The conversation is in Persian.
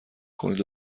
کنید